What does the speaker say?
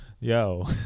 Yo